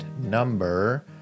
number